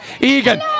Egan